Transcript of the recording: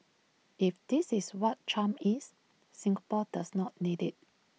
if this is what charm is Singapore does not need IT